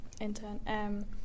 intern